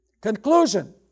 Conclusion